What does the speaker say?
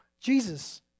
Jesus